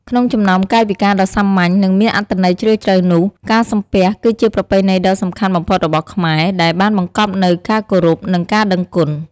ក្នុងចំណោមកាយវិការដ៏សាមញ្ញ និងមានអត្ថន័យជ្រាលជ្រៅនោះ ការសំពះ គឺជាប្រពៃណីដ៏សំខាន់បំផុតរបស់ខ្មែរ ដែលបានបង្កប់នូវការគោរព និងការដឹងគុណ។